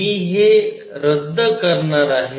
मी हे रद्द करणार आहे